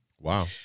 Wow